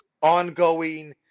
ongoing